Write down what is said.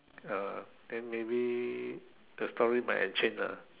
uh then maybe the story might have change lah